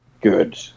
good